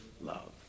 love